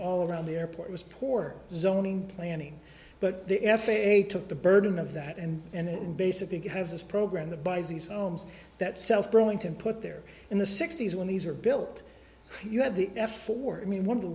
all around the airport was poor zoning planning but the f a a took the burden of that and and it basically has this program the buys these homes that sells brewington put there in the sixty's when these are built you have the f four i mean one of the